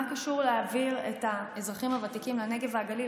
מה קשור להעביר את האזרחים הוותיקים לנגב והגליל?